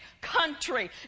country